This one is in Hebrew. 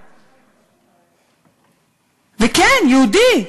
וכן, יהודית,